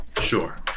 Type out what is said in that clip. Sure